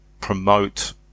promote